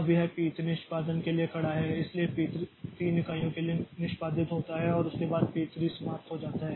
अब यह पी 3 निष्पादन के लिए खड़ा है इसलिए पी 3 3 इकाइयों के लिए निष्पादित होता है और उसके बाद पी 3 समाप्त हो जाता है